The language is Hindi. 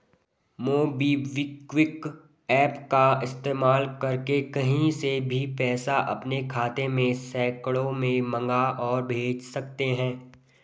मोबिक्विक एप्प का इस्तेमाल करके कहीं से भी पैसा अपने खाते में सेकंडों में मंगा और भेज सकते हैं